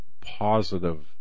positive